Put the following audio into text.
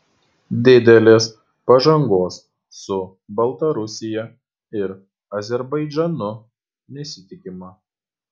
didelės pažangos su baltarusija ir azerbaidžanu nesitikima